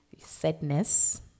sadness